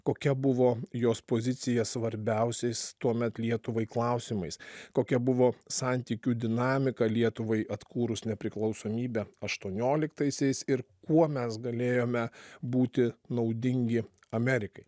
kokia buvo jos pozicija svarbiausiais tuomet lietuvai klausimais kokia buvo santykių dinamika lietuvai atkūrus nepriklausomybę aštuonioliktaisiais ir kuo mes galėjome būti naudingi amerikai